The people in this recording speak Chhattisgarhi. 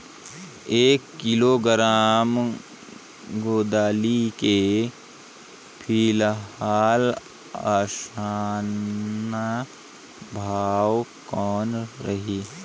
एक किलोग्राम गोंदली के फिलहाल औसतन भाव कौन रही?